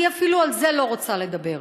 אני אפילו על זה לא רוצה לדבר.